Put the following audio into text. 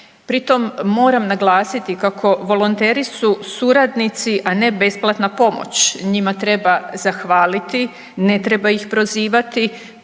Pri tom moram naglasiti kako volonteri su suradnici, a ne besplatna pomoć. Njima treba zahvaliti, ne treba ih prozivati